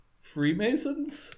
freemasons